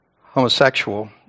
homosexual